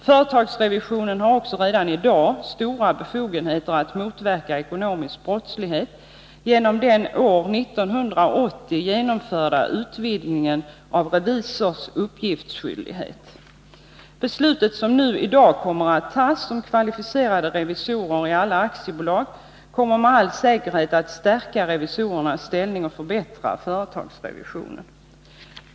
Företagsrevisionen har också redan i dag stora befogenheter att motverka ekonomisk brottslighet genom den år 1980 genomförda utvidgningen av revisors uppgiftsskyldighet. Det beslut som i dag kommer att fattas, att kvalificerad revisor skall finnas i alla aktiebolag, kommer med all säkerhet att stärka revisorernas ställning och förbättra företagsrevisionen.